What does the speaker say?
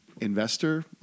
investor